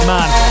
Man